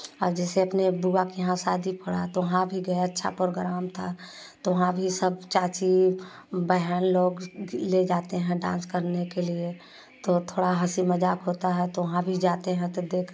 आ जैसे अपने बुआ के यहाँ शादी पड़ा तो वहाँ भी गए अच्छा प्रोग्राम था तो वहाँ भी सब चाची बहन लोग ले जाते हैं डांस करने के लिए तो थोड़ा हँसी मजाक होता है तो वहाँ भी जाते हैं तो देख